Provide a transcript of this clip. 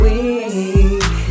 Weak